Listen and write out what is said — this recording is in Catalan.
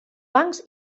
bancs